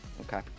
Okay